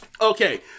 Okay